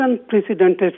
unprecedented